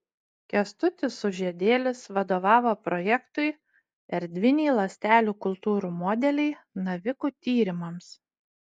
kęstutis sužiedėlis vadovavo projektui erdviniai ląstelių kultūrų modeliai navikų tyrimams